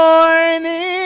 Morning